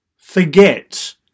Forget